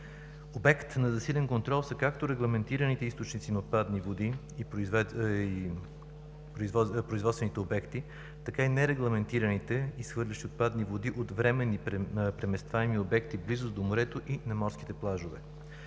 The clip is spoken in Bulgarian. Обект на засилен контрол са както регламентираните източници на отпадни води и производствените обекти, така и нерегламентираните, изхвърлящи отпадни води от временни преместваеми обекти в близост до морето и морските плажове.